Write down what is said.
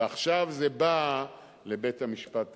ועכשיו זה בא לבית-המשפט העליון.